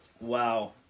Wow